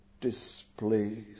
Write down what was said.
displeased